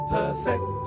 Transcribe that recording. perfect